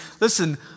Listen